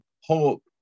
hope